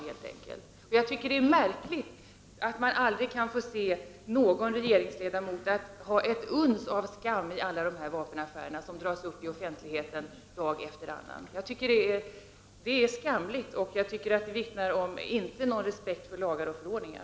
Det är märkligt att man aldrig kan få se någon regeringsledamot ha ett uns av skam när det gäller alla de här vapenaffärerna som dras upp i offentligheten dag efter annan. Jag tycker inte att det vittnar om någon respekt för lagar och förordningar.